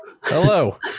hello